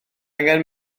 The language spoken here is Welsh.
angen